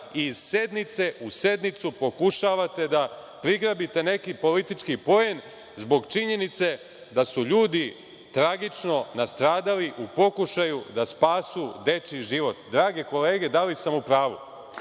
i iz sednice u sednicu pokušavate da prigrabite neki politički poen, zbog činjenice da su ljudi tragično nastradali u pokušaju da spasu dečiji život. Drage kolege, da li sam u pravu?